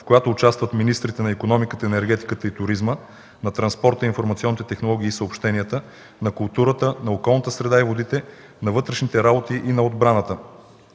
в която участват министрите на икономиката, енергетиката и туризма, на транспорта, информационните технологии и съобщенията, на културата, на околната среда и водите, на вътрешните работи и на отбраната.